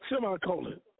Semicolon